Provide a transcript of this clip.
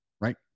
right